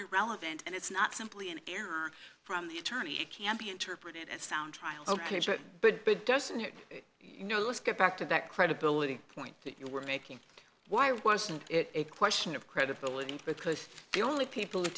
not relevant and it's not simply an error from the attorney it can be interpreted as sound trial ok but but but doesn't it you know let's get back to that credibility point that you were making why wasn't it a question of credibility because the only people who